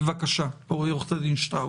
בבקשה, עורכת הדין שטראוס.